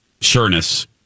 sureness